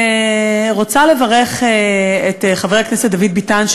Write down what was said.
רוצה לברך את חבר הכנסת דוד ביטן,